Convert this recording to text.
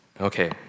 Okay